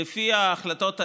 ולפי ההחלטות האלה,